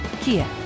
Kia